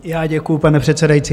Já děkuji, pane předsedající.